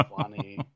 funny